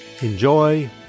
Enjoy